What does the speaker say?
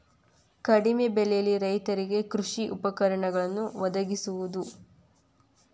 ಕಡಿಮೆ ಬೆಲೆಯಲ್ಲಿ ರೈತರಿಗೆ ಕೃಷಿ ಉಪಕರಣಗಳನ್ನು ವದಗಿಸುವದು